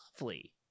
lovely